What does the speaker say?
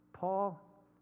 Paul